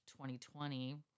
2020